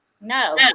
No